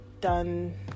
done